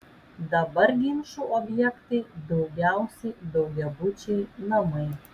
dabar ginčų objektai daugiausiai daugiabučiai namai